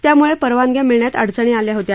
त्यामुळे परवानग्या मिळण्यात अडचणी आल्या होत्या